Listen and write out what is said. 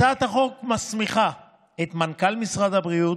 הצעת החוק מסמיכה את מנכ"ל משרד הבריאות,